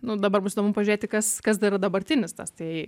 nu dabar bus įdomu pažiūrėti kas kas dar dabartinis tas tai